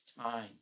time